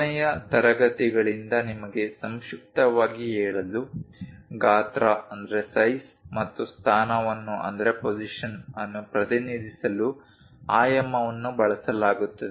ಕೊನೆಯ ತರಗತಿಗಳಿಂದ ನಿಮಗೆ ಸಂಕ್ಷಿಪ್ತವಾಗಿ ಹೇಳಲು ಗಾತ್ರ ಮತ್ತು ಸ್ಥಾನವನ್ನು ಪ್ರತಿನಿಧಿಸಲು ಆಯಾಮವನ್ನು ಬಳಸಲಾಗುತ್ತದೆ